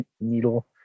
needle